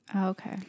Okay